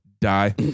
die